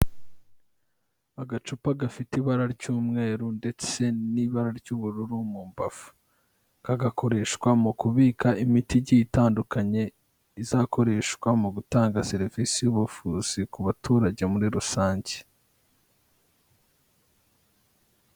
Agacupa gafite ibara ry'umweru ndetse n'ibara ry'ubururu mu mbavu kagakoreshwa mu kubika imiti igiye itandukanye izakoreshwa mu gutanga serivisi y'ubuvuzi ku baturage muri rusange.